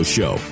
Show